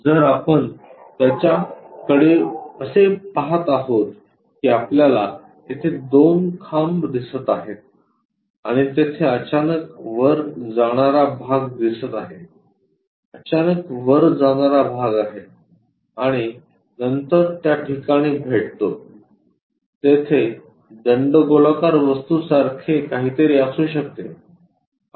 जर आपण त्याच्याकडे असे पाहत आहोत की आपल्याला तेथे दोन खांब दिसत आहेत आणि तेथे अचानक वर जाणारा भाग दिसत आहे अचानक वर जाणारा भाग आहे आणि नंतर या ठिकाणी भेटतो तेथे दंडगोलाकार वस्तू सारखे काहीतरी असू शकते